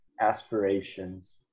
aspirations